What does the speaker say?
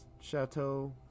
chateau